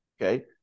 Okay